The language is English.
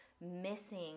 missing